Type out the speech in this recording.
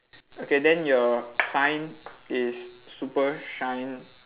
okay then your sign is super shine